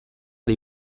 dei